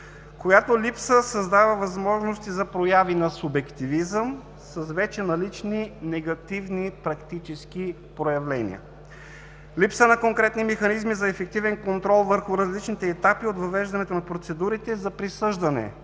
която липса създава възможности за прояви на субективизъм с вече налични негативни практически проявления; липса на конкретни механизми за ефективен контрол върху различните етапи от въвеждането на процедурите за присъждане